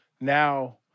now